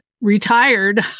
retired